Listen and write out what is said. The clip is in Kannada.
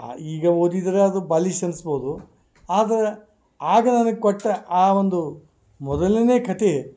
ಈಗ ಓದಿದ್ದರೆ ಅದು ಬಾಲಿಶ್ ಅನ್ಸ್ಬೌದು ಆದ್ರ ಆಗ ನನಗ ಕೊಟ್ಟ ಆ ಒಂದು ಮೊದಲನೆ ಕತೆ